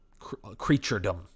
creaturedom